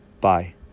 Bye